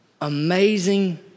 amazing